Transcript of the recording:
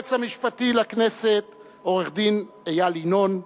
היועץ המשפטי לכנסת עורך-הדין איל ינון,